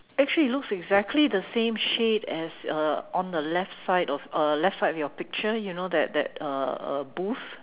actually it looks exactly the same shade as uh on the left side of uh on the left side of the picture you know that that uh uh booth